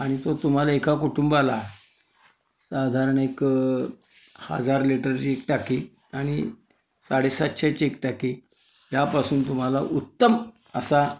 आणि तो तुम्हाला एका कुटुंबाला साधारण एक हजार लिटरची एक टाकी आणि साडेसातशेची एक टाकी यापासून तुम्हाला उत्तम असा